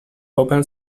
open